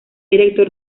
director